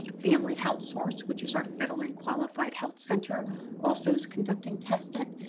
family health source, which is our federally qualified health center also is conducting testing,